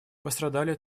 пострадали